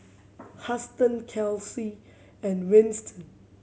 Huston Kelsea and Winston